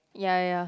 ya ya